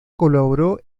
colaboró